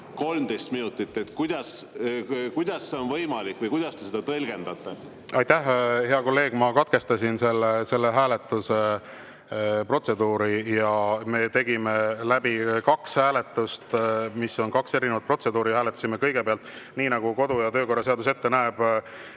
13 minutit. Kuidas see on võimalik või kuidas te seda tõlgendate? Aitäh, hea kolleeg! Ma katkestasin selle hääletuse protseduuri ja me tegime läbi kaks hääletust, mis on kaks erinevat protseduuri. Hääletasime kõigepealt nii, nagu kodu- ja töökorra seadus ette näeb,